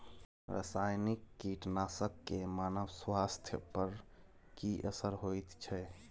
रसायनिक कीटनासक के मानव स्वास्थ्य पर की असर होयत छै?